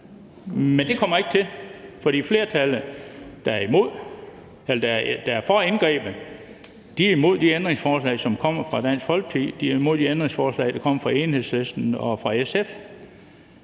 Men det kommer det ikke til, for flertallet, der er for indgrebet, er imod de ændringsforslag, som kommer fra Dansk Folkeparti, og de er imod de ændringsforslag, der kommer fra Enhedslisten og fra SF.